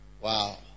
Wow